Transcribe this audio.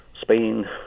Spain